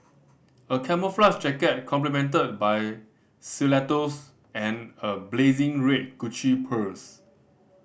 a camouflage jacket complemented by stilettos and a blazing red Gucci purse